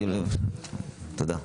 תודה.